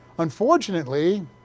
Unfortunately